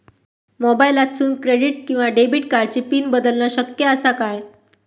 मोबाईलातसून क्रेडिट किवा डेबिट कार्डची पिन बदलना शक्य आसा काय?